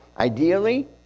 Ideally